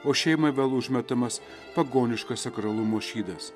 o šeimai vėl užmetamas pagoniškas sakralumo šydas